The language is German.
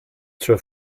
zur